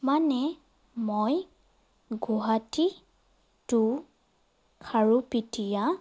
মানে মই গুৱাহাটীটু খাৰুপিতিয়া